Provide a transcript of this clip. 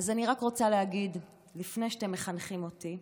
אז אני רק רוצה להגיד: לפני שאתם מחנכים אותי,